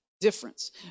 difference